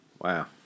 Wow